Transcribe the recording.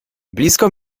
blisko